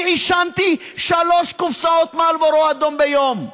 אני עישנתי שלוש קופסאות מרלבורו אדום ביום.